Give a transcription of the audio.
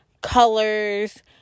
colors